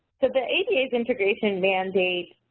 so the ada's integration mandate